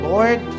Lord